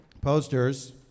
posters